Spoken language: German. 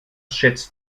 schätzt